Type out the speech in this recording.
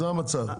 זה המצב.